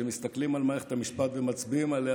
כשמסתכלים על מערכת המשפט ומצביעים עליה,